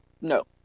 no